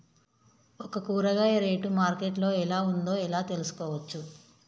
ఒక కూరగాయ rate market లో ఎలా ఉందో ఎలా తెలుసుకోవచ్చు?